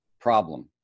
problem